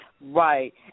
Right